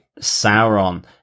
sauron